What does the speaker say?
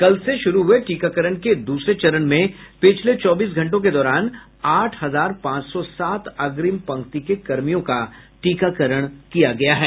कल से शुरू हुए टीकाकरण के दूसरे चरण में पिछले चौबीस घंटों के दौरान आठ हजार पांच सौ सात अग्रिम पंक्ति के कर्मियों का टीकाकरण किया गया है